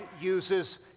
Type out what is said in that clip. uses